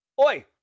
oi